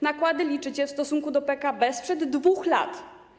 Nakłady liczycie w stosunku do PKB sprzed 2 lat.